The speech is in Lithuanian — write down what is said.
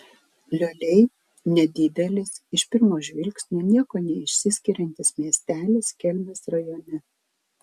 lioliai nedidelis iš pirmo žvilgsnio niekuo neišsiskiriantis miestelis kelmės rajone